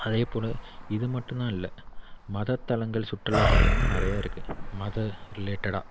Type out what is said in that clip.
அதேப்போல இதுமட்டுலாம் இல்லை மத தலங்கள் சுற்றுலா தலங்களும் நிறையாருக்கு மதம் ரிலேட்டடாக